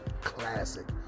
classic